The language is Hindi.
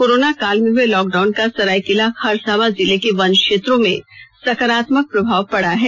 कोरोना काल में हुए लॉक डाउन का सरायकेला खरसावां जिले के वनक्षेत्रों में सकारात्मक प्रभाव पड़ा है